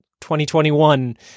2021